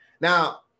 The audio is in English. Now